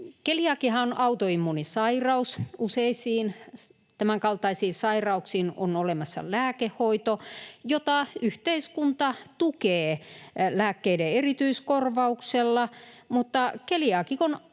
Keliakiahan on autoimmuunisairaus. Useisiin tämänkaltaisiin sairauksiin on olemassa lääkehoito, jota yhteiskunta tukee lääkkeiden erityiskorvauksella, mutta keliaakikon